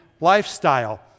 lifestyle